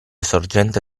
sorgente